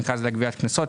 המרכז לגביית קנסות,